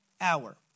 hour